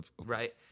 Right